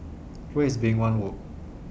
Where IS Beng Wan Road